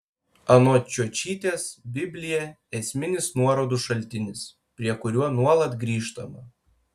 anot čiočytės biblija esminis nuorodų šaltinis prie kurio nuolat grįžtama